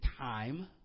time